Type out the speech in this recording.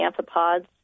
amphipods